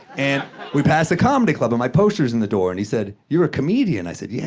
and we pass the comedy club and my poster's in the door. and he said, you're a comedian? i said, yeah.